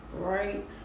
right